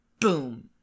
boom